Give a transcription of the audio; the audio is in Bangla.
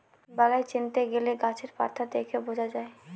বালাই চিনতে গেলে গাছের পাতা দেখে বোঝা যায়